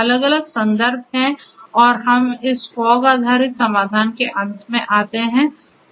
अलग अलग संदर्भ हैं और हम इस फॉग आधारित समाधान के अंत में आते हैं